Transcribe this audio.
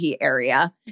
area